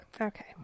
Okay